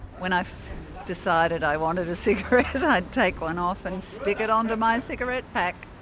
when i decided i wanted a cigarette i'd take one off and stick it on to my cigarette pack.